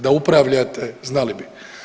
Da upravljate znali bi.